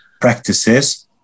practices